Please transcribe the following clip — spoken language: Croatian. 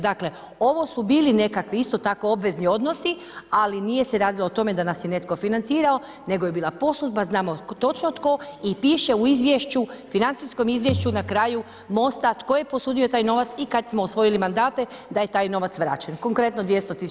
Dakle, ovo su bili nekakvi isto tako obvezni odnosi ali nije se radilo o tome da nas je netko financirao nego je bila posudba, znamo točno tko i piše u izvješću, financijskom izvješću na karaju MOST-a, tko je posudio taj novac i kad smo osvojili mandate da je taj novac vraćen, konkretno 200 000 kuna.